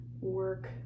work